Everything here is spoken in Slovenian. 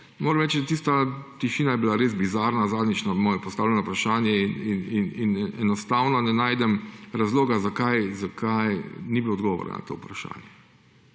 moram reči, tista tišina je bila res bizarna na moje postavljeno vprašanje in enostavno ne najdem razloga zakaj ni bilo odgovora na to vprašanje.